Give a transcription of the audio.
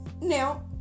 now